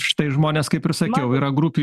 štai žmonės kaip ir sakau yra grupių